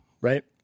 right